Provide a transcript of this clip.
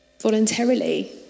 voluntarily